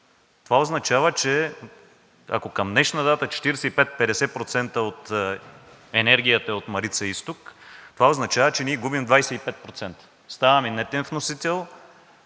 Това означава, че ако към днешна дата 45 – 50% от енергията е от Марица изток, това означава, че ние губим 25%. Ставаме нетен вносител,